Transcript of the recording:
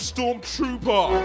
Stormtrooper